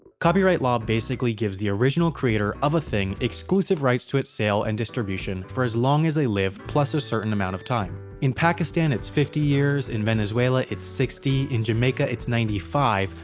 copyright law basically gives the original creator of a thing exclusive rights to its sale and distribution for as long as they live plus a certain amount of time. in pakistan it's fifty years, in venezuela it's sixty, in jamaica it's ninety five,